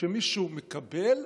כשמישהו מקבל,